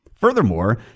Furthermore